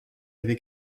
avait